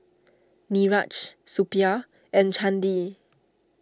Niraj Suppiah and Chandi